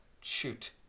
shoot